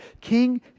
King